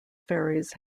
fairies